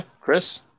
Chris